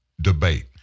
debate